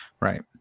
right